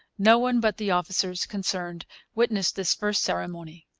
no one but the officers concerned witnessed this first ceremony.